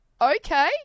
okay